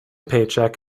paycheck